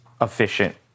efficient